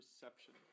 perception